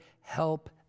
help